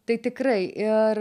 tai tikrai ir